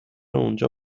اونجا